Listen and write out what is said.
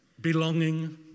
belonging